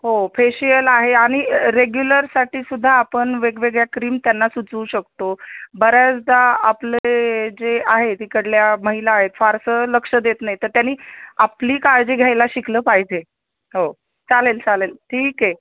हो फेशियल आहे आणि रेग्युलरसाठी सुद्धा आपण वेगवेगळ्या क्रीम त्यांना सुचवू शकतो बऱ्याचदा आपले जे आहे तिकडल्या महिला आहेत फारसं लक्ष देत नाही तर त्यांनी आपली काळजी घ्यायला शिकलं पाहिजे हो चालेल चालेल ठीक आहे